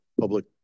public